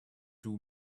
too